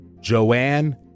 Joanne